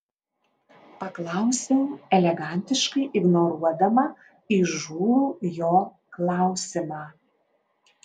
paklausiau elegantiškai ignoruodama įžūlų jo klausimą